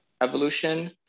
evolution